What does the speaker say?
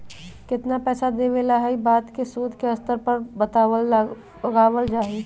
कितना पैसा देवे ला हई ई बात के शोद के स्तर से पता लगावल जा हई